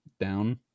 down